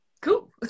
Cool